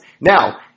Now